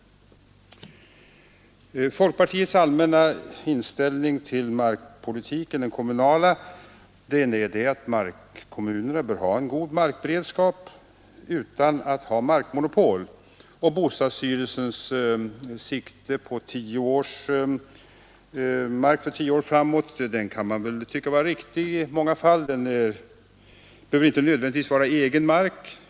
Folkpartiets allmänna inställning till den kommunala markpolitiken är den att kommunerna bör ha en god markberedskap utan att ha markmonopol, och bostadsstyrelsens sikte på mark för tio år framåt kan man tycka vara riktigt i många fall. Det behöver inte nödvändigtvis vara egen mark.